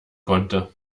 konnte